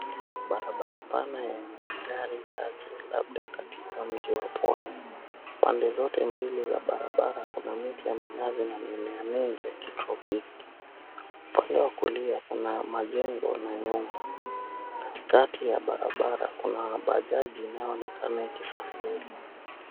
Barabara pana yenye gari chache labda katika mji wa pwani. Pande zote mbili za barabara kuna miti ya minazi na mimea mingi ya kitropiki. Upande wa kulia kuna majengo na nyumba. Katikati ya barabara kuna bajaji inayoonekana ikisafiri.